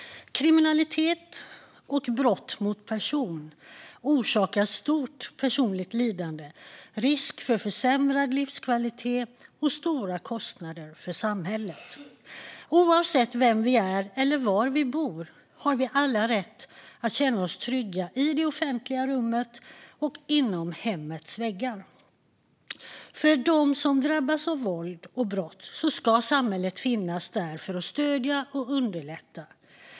Kriminalitet och brott mot person orsakar stort personligt lidande, risk för försämrad livskvalitet och stora kostnader för samhället. Oavsett vilka vi är eller var vi bor har vi alla rätt att känna oss trygga i det offentliga rummet och inom hemmets väggar. För dem som drabbas av våld och brott ska samhället finnas där för att stödja och underlätta.